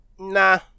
Nah